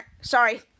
Sorry